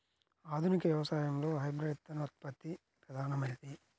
ఆధునిక వ్యవసాయంలో హైబ్రిడ్ విత్తనోత్పత్తి ప్రధానమైనది